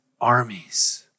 armies